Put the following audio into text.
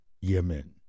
Yemen